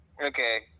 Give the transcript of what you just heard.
Okay